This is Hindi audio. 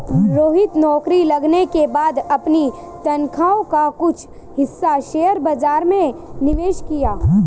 रोहित नौकरी लगने के बाद अपनी तनख्वाह का कुछ हिस्सा शेयर बाजार में निवेश किया